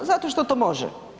Zato što to može.